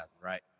right